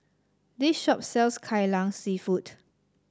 this shop sells Kai Lan seafood